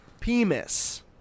P-E-M-I-S